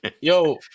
Yo